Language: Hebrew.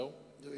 זהו?